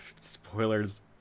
Spoilers